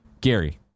Gary